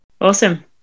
Awesome